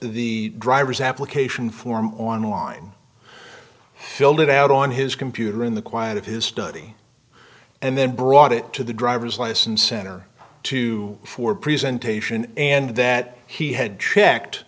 the driver's application form online filled it out on his computer in the quiet of his study and then brought it to the driver's license center too for presentation and that he had checked